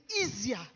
easier